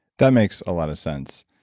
that makes a lot of sense.